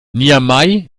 niamey